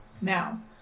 Now